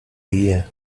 year